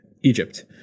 Egypt